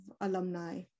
alumni